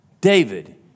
David